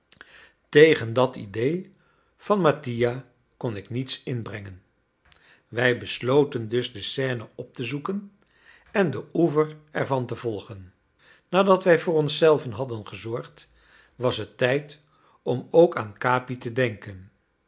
tegen dat idée van mattia kon ik niets inbrengen wij besloten dus de seine op te zoeken en den oever ervan te volgen nadat wij voor ons zelven hadden gezorgd was het tijd om ook aan capi te denken